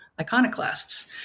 iconoclasts